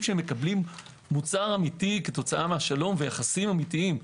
שמקבלים מוצר אמיתי כתוצאה מהשלום ויחסים אמיתיים.